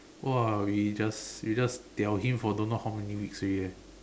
!wah! we just we just diao him for don't know how many weeks already eh